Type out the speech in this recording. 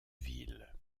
ville